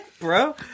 Bro